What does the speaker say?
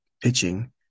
pitching